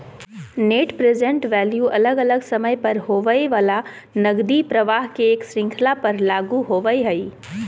net present value अलग अलग समय पर होवय वला नकदी प्रवाह के एक श्रृंखला पर लागू होवय हई